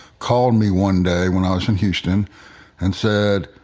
called me one day when i was in houston and said,